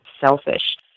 selfish